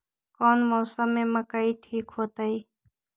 कौन मौसम में मकई ठिक होतइ?